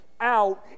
out